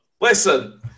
listen